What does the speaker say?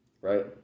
right